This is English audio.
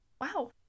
Wow